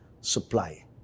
supply